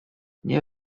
nie